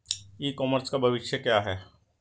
ई commerce का भविष्य क्या है?